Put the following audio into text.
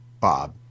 bob